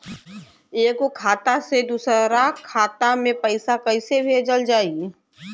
एगो खाता से दूसरा खाता मे पैसा कइसे भेजल जाई?